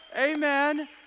amen